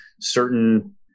certain